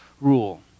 rule